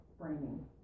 framing